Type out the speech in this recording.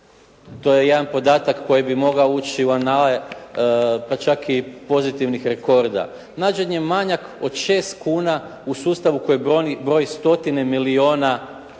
to je jedan podatak koji bi mogao ući u anale, pa čak i pozitivnih rekorda. Nađen je manjak od 6kn u sustavu koji broji stotine milijuna